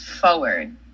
forward